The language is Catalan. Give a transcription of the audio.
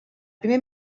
primer